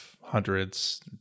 hundreds